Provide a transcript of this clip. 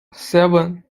seven